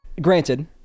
Granted